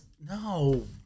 No